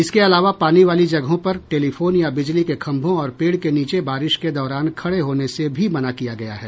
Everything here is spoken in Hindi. इसके अलावा पानी वाली जगहों पर टेलिफोन या बिजली के खंभों और पेड़ के नीचे बारिश के दौरान खड़े होने से भी मना किया गया है